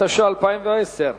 התש"ע 2010,